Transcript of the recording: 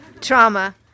Trauma